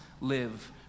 live